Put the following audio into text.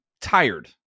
tired